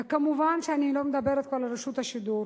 וכמובן, אני לא מדברת כבר על רשות השידור,